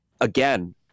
Again